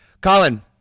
Colin